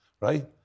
right